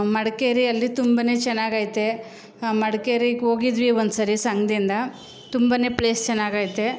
ಮಡಿಕೇರಿಯಲ್ಲಿ ತುಂಬನೇ ಚೆನ್ನಾಗೈತೆ ಮಡ್ಕೇರಿಗೆ ಹೋಗಿದ್ವಿ ಒಂದ್ಸರಿ ಸಂಘದಿಂದ ತುಂಬನೇ ಪ್ಲೇಸ್ ಚೆನ್ನಾಗೈತೆ